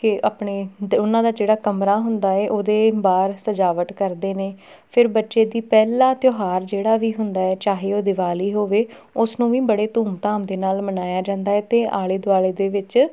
ਕਿ ਆਪਣੇ ਦ ਉਹਨਾਂ ਦਾ ਜਿਹੜਾ ਕਮਰਾ ਹੁੰਦਾ ਹੈ ਉਹਦੇ ਬਾਹਰ ਸਜਾਵਟ ਕਰਦੇ ਨੇ ਫਿਰ ਬੱਚੇ ਦੀ ਪਹਿਲਾ ਤਿਉਹਾਰ ਜਿਹੜਾ ਵੀ ਹੁੰਦਾ ਹੈ ਚਾਹੇ ਉਹ ਦਿਵਾਲੀ ਹੋਵੇ ਉਸ ਨੂੰ ਵੀ ਬੜੇ ਧੂਮ ਧਾਮ ਦੇ ਨਾਲ ਮਨਾਇਆ ਜਾਂਦਾ ਹੈ ਅਤੇ ਆਲੇ ਦੁਆਲੇ ਦੇ ਵਿੱਚ